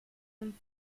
man